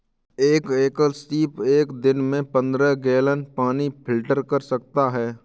एक एकल सीप एक दिन में पन्द्रह गैलन पानी को फिल्टर कर सकता है